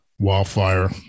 wildfire